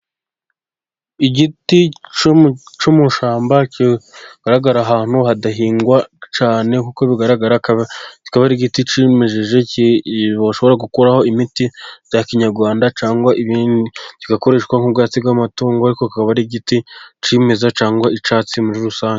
Igiti cyo mu ishyamba kigaragara ahantu hadahingwa cyane. Nkuko bigaragara kikaba ari igiti kimejeje bashobora gukuraho imiti ya kinyarwanda, cyangwa ibindi. Kigakoreshwa nk'ubwatsi bw'amatungo, ariko kikaba ari igiti cyimeza cyangwa icyatsi muri rusange.